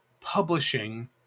publishing